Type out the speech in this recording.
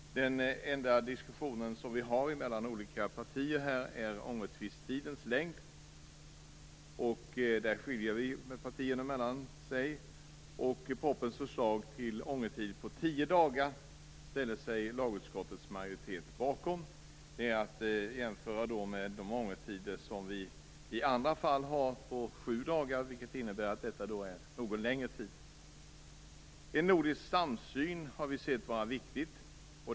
Den enda diskussionen som vi har mellan olika partier gäller ångerfristens längd. Där skiljer sig partierna. Lagutskottets majoritet ställer sig bakom propositionens förslag om en ångertid på tio dagar. Det är jämföra med de ångertider som vi har i andra fall på sju dagar. Det innebär att detta en något längre tid. Vi har ansett att det är viktigt med en nordisk samsyn.